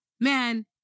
man